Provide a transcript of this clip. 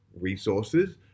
resources